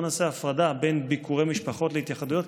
בוא נעשה הפרדה בין ביקורי משפחות להתייחדויות.